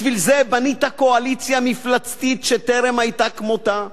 בשביל זה בנית קואליציה מפלצתית שטרם היתה כמותה?